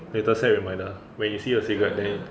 你等一下有买拿 when you see a cigarette then